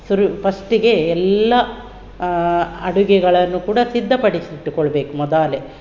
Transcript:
ಶುರು ಫಸ್ಟಿಗೆ ಎಲ್ಲ ಅಡುಗೆಗಳನ್ನು ಕೂಡ ಸಿದ್ಧಪಡಿಸಿಟ್ಟುಕೊಳ್ಳಬೇಕು ಮೊದಲೆ